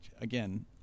again –